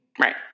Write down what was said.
Right